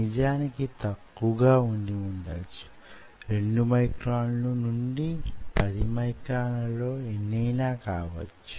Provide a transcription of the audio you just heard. దానికి చాలా ఆప్టిమైజేషన్ అవసరమౌతుంది